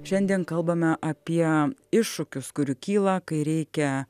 šiandien kalbame apie iššūkius kurių kyla kai reikia